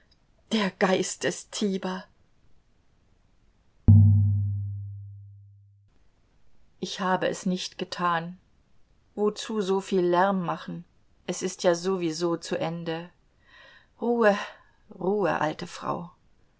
der geist des tiber ich habe es nicht getan wozu soviel lärm machen es ist ja so wie so zu ende ruhe ruhe alte frau